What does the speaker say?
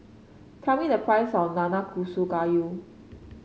tell me the price of Nanakusa Gayu